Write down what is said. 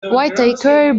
whittaker